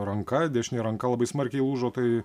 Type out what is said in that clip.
ranka dešinė ranka labai smarkiai lūžo tai